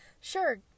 Sure